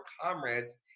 comrades